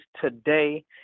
today